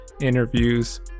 interviews